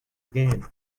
again